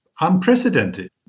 unprecedented